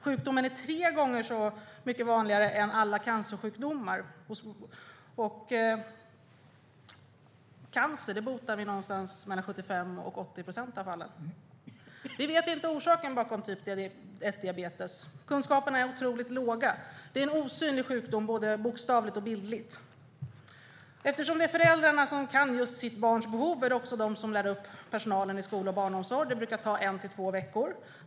Sjukdomen är tre gånger så vanlig som alla cancersjukdomar, och vi botar någonstans mellan 75 och 80 procent av alla cancerfall. Vi känner inte till orsaken till typ 1-diabetes. Kunskaperna är otroligt låga. Det är en osynlig sjukdom både bokstavligt och bildligt. Eftersom det är föräldrarna som känner till just sitt barns behov är det också de som lär upp personalen i skola och barnomsorg. Det brukar ta en till två veckor.